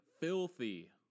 filthy